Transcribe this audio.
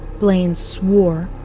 blaine swore,